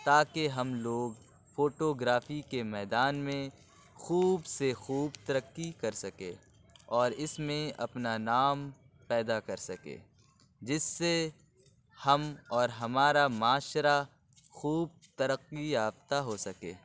تاکہ ہم لوگ فوٹو گرافی کے میدان میں خوب سے خوب ترقی کر سکیں اور اِس میں اپنا نام پیدا کر سکیں جس سے ہم اور ہمارا معاشرہ خوب ترقی یافتہ ہو سکے